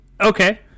Okay